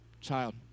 child